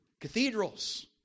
cathedrals